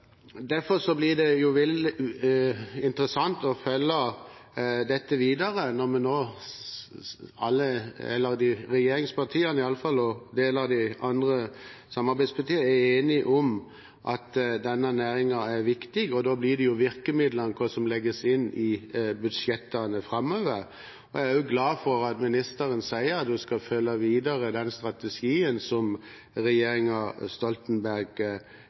Derfor blir det interessant å følge dette videre når vi nå alle – iallfall regjeringspartiene og samarbeidspartiene og vi – er enige om at denne næringen er viktig. Da blir jo virkemidlene ut fra hva som legges inn i budsjettene framover. Jeg er også glad for at ministeren sier at hun skal følge videre den strategien som regjeringen Stoltenberg